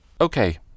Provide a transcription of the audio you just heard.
Okay